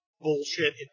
bullshit